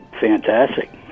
fantastic